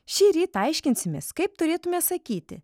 šįryt aiškinsimės kaip turėtume sakyti